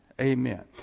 Amen